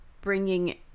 bringing